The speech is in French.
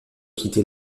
quitter